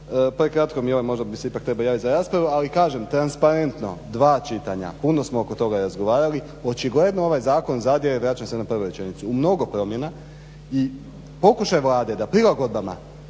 Prekratko mi je ovo, možda bih se ipak trebao javiti za raspravu, ali kažem transparentno dva čitanja, puno smo oko toga razgovarali, očigledno ovaj zakon zadire i vraćam se na prvu rečenicu u mnogo promjena i pokušaj Vlade da prilagodbama